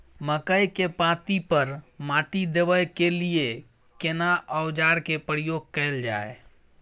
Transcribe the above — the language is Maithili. मकई के पाँति पर माटी देबै के लिए केना औजार के प्रयोग कैल जाय?